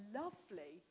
lovely